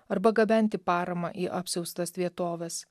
arba gabenti paramą į apsiaustas vietoves